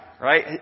right